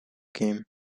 game